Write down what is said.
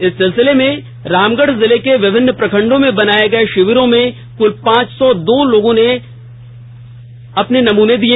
इस सिलसिले में रामगढ़ जिले के विभिन्न प्रखंडों में बनाए गए शिविरों में कुल पांच सौ दो लोगों ने जांच को लेकर नमूने दिए